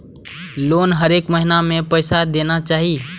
Loan हरेक महीना में पैसा देना चाहि?